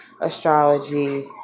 astrology